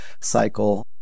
cycle